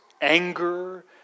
anger